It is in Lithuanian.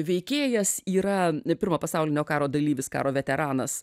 veikėjas yra pirmo pasaulinio karo dalyvis karo veteranas